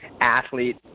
Athlete